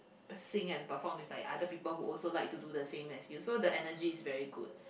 sing and perform with like other people who also like to do the same as you so the energy is very good